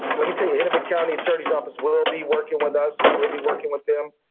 let me tell you, hennepin county attorney's office will be working with us. we will be working with them.